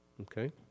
Okay